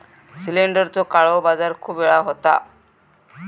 सिलेंडरचो काळो बाजार खूप वेळा होता